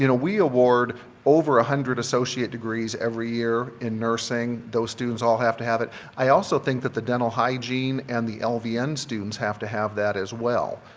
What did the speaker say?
you know we award over a hundred associate degrees every year in nursing. those students all have to have it. i also think that the dental hygiene and the lvn and students have to have that as well.